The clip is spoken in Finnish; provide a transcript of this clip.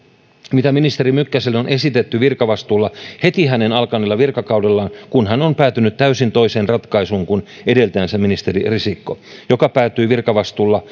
mitä ministeri mykkäselle on esitetty virkavastuulla heti hänen alkaneella virkakaudellaan kun hän on päätynyt täysin toiseen ratkaisuun kuin edeltäjänsä ministeri risikko joka päätyi virkavastuulla